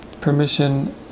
permission